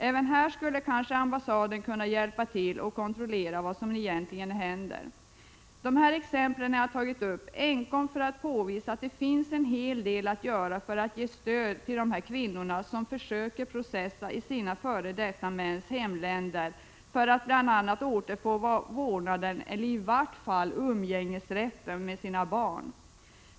Även här skulle kanske ambassaden kunna hjälpa till och kontrollera vad som egentligen händer. Jag har anfört dessa exempel enkom för att påvisa att det finns en hel del att göra när det gäller att ge stöd till kvinnor som försöker processa i sina f.d. mäns hemländer för att bl.a. återfå vårdnaden av sina barn, eller i varje fall för att få umgängesrätt avseende sina barn.